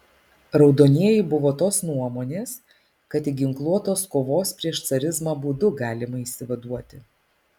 raudonieji buvo tos nuomonės kad tik ginkluotos kovos prieš carizmą būdu galima išsivaduoti